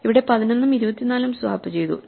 ഇവിടെ 11 ഉം 24ഉം സ്വാപ്പ് ചെയ്തു